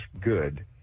good